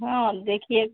हाँ देखिए